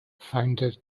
founded